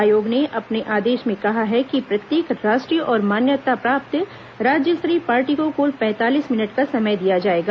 आयोग ने अपने आदेश में कहा है कि प्रत्येक राष्ट्रीय और मान्यता प्राप्त राज्य स्तरीय पार्टी को कुल पैंतालीस मिनट का समय दिया जाएगा